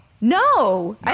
No